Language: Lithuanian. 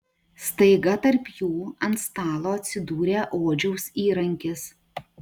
staiga tarp jų ant stalo atsidūrė odžiaus įrankis